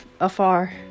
afar